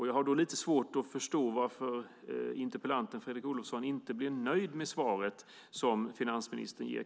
Jag har lite svårt att förstå varför interpellanten Fredrik Olovsson inte är nöjd med finansministerns svar.